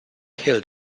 hill